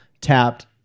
tapped